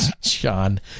Sean